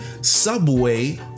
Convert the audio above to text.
Subway